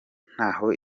ntaho